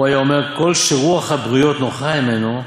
הוא היה אומר, כל שרוח הבריות נוחה הימנו,